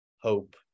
hope